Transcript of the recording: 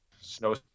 snow